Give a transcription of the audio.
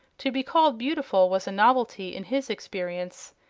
to be called beautiful was a novelty in his experience.